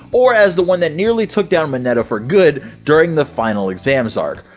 or as the one that nearly took down mineta for good during the final exams arc!